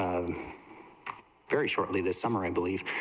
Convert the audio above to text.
um very shortly this summer in believed,